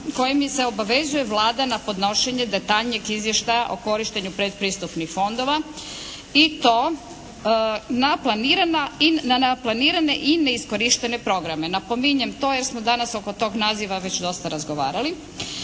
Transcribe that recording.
kojim se obvezuje Vlada na podnošenje detaljnijeg izvještaja o korištenju predpristupnih fondova i to na planirane i neiskorištene programe. Napominjem to jer smo danas oko tog naziva već dosta razgovarali.